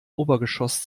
obergeschoss